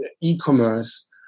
e-commerce